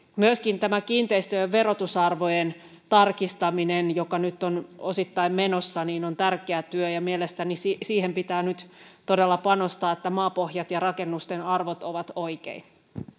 myöskin kiinteistöjen verotusarvojen tarkistaminen joka nyt on osittain menossa on tärkeä työ ja mielestäni siihen pitää nyt todella panostaa että maapohjat ja rakennusten arvot ovat oikein